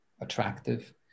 Attractive